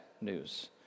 news